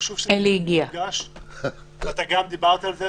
וחשוב שזה יודגש גם אתה דיברת על זה,